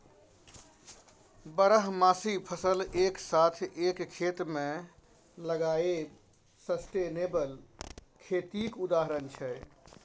बारहमासी फसल एक साथ एक खेत मे लगाएब सस्टेनेबल खेतीक उदाहरण छै